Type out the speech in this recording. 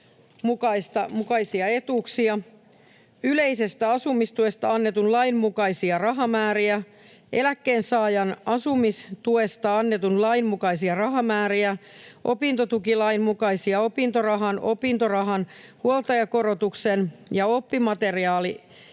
mukaisia etuuksia, yleisestä asumistuesta annetun lain mukaisia rahamääriä, eläkkeensaajan asumistuesta annetun lain mukaisia rahamääriä, opintotukilain mukaisen opintorahan, opintorahan huoltajakorotuksen ja oppimateriaalilisän